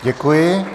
Děkuji.